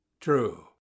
true